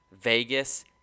Vegas